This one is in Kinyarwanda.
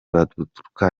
baturuka